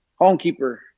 homekeeper